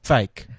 fake